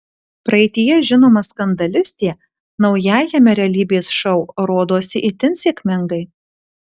praeityje žinoma skandalistė naujajame realybės šou rodosi itin sėkmingai